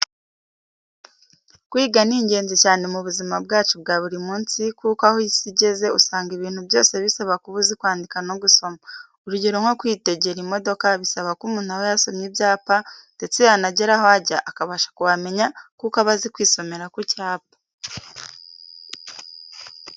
Kwiga ni ingenzi cyane mu buzima bwacu bwa buri munsi kuko aho isi igeze usanga ibintu byose bisaba kuba uzi kwandika no gusoma, urugero nko kwitegera imodoka bisaba ko umuntu aba yasomye ibyapa ndetse yanagera aho ajya akabasha kuhamenya kuko aba azi kwisomera ku cyapa.